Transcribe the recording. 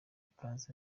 ikaze